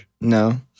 No